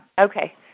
Okay